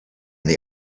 they